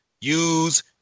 use